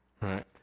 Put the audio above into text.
right